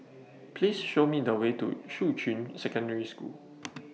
Please Show Me The Way to Shuqun Secondary School